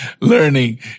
learning